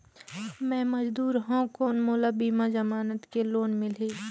मे मजदूर हवं कौन मोला बिना जमानत के लोन मिलही?